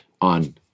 on